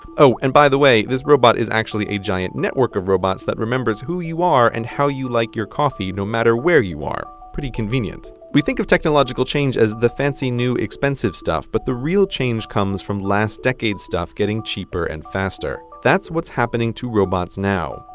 oh, and by the way this robot is actually a giant network of robots that remembers who you are and how you like your coffee no matter where you are. pretty convenient. we think of technological change as the fancy new expensive stuff, but the real change comes from last decade's stuff getting cheaper and faster. that's what's happening to robots now.